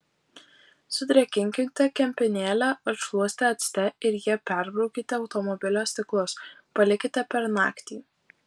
sudrėkinkite kempinėlę ar šluostę acte ir ja perbraukite automobilio stiklus palikite per naktį